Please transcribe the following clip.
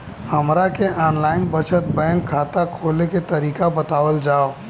हमरा के online बचत बैंक खाता खोले के तरीका बतावल जाव?